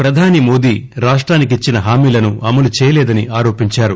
ప్రధాని మోదీ రాష్టానికిచ్చిన హామీలను అమలుచేయలేదని ఆరోపించారు